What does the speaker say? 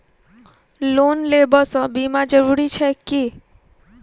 Loan लेबऽ पर बीमा जरूरी छैक की?